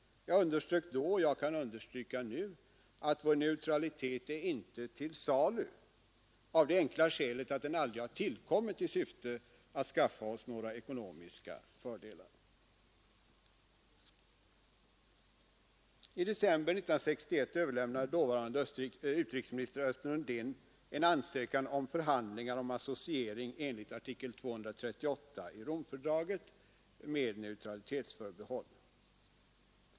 Jag underströk då, och kan understryka nu, att vår neutralitet inte är till salu — av det enkla skälet att den aldrig har tillkommit i syfte att skaffa oss några ekonomiska fördelar. I december 1961 överlämnade dåvarande utrikesministern Östen Undén en ansökan om förhandlingar om associering enligt artikel 238 i Romfördraget med neutralitetsförbehåll.